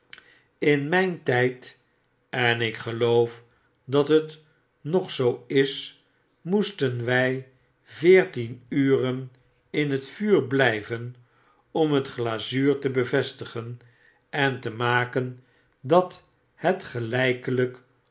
in myn tyd en ik gelootvdat het nog zoo is moesten wy veertien nim in het vuur blyven om het glazuur te bevestigen en te maken dat het